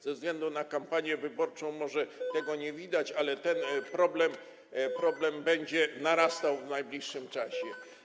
Ze względu na kampanię wyborczą może tego nie widać, ale ten problem będzie narastał w najbliższym czasie.